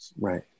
Right